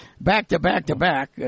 back-to-back-to-back